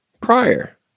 prior